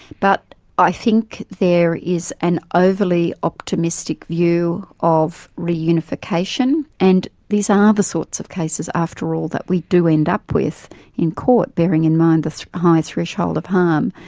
but i think there is an overly optimistic view of reunification, and these are the sorts of cases, after all, that we do end up with in court, bearing in mind the high threshold of harm,